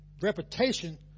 reputation